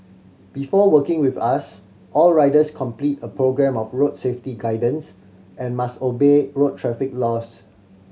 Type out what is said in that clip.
before working with us all riders complete a programme of road safety guidance and must obey road traffic laws